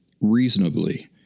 reasonably